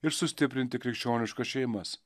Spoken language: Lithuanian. ir sustiprinti krikščioniškas šeimas